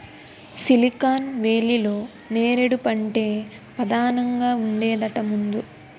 silicon వేలీలో నేరేడు పంటే పదానంగా ఉండేదట ముందు